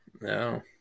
No